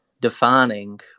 defining